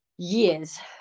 years